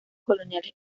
coloniales